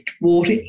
water